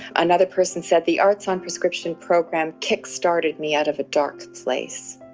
another person said, the arts on prescription program kick-started me out of a dark place.